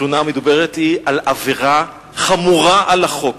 התלונה המדוברת היא על עבירה חמורה על החוק.